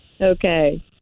Okay